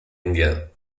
indian